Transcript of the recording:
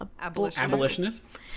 Abolitionists